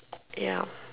ya